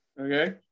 Okay